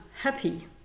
happy